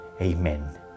Amen